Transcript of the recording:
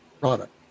product